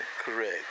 correct